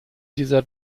diese